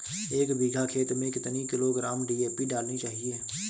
एक बीघा खेत में कितनी किलोग्राम डी.ए.पी डालनी चाहिए?